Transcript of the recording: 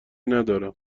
ندارم